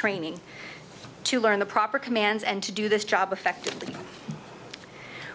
training to learn the proper commands and to do this job effectively